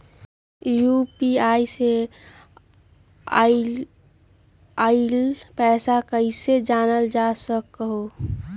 UPI से आईल पैसा कईसे जानल जा सकहु?